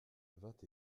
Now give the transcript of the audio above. vingt